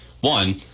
one